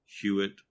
Hewitt